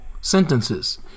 sentences